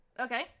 Okay